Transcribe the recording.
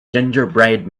gingerbread